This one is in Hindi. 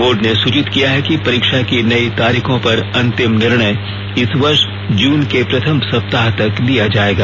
बोर्ड ने सुचित किया है कि परीक्षा की नई तारीखों पर अंतिम निर्णय इस वर्ष जून के प्रथम सप्ताह तक लिया जाएगा